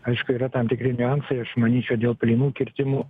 aišku yra tam tikri niuansai aš manyčiau dėl plynų kirtimų